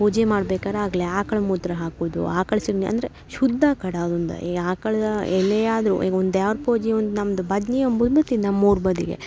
ಪೂಜೆ ಮಾಡ್ಬೇಕಾರೆ ಆಗಲಿ ಆಕ್ಳ ಮೂತ್ರ ಹಾಕುದು ಆಕ್ಳ ಸೆಗಣಿ ಅಂದರೆ ಶುದ್ಧ ಕಡ ಅದೊಂದು ಈ ಆಕ್ಳು ಎಲ್ಲಿಯಾದ್ರೂ ಈಗ ಒಂದು ದ್ಯಾವ್ರ ಪೂಜೆ ಒಂದು ನಮ್ದು ಭಜ್ನೆ ಅಂಬುದು ಇಟ್ಟು ನಮ್ಮ ಊರ ಬದಿಗೆ